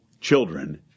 children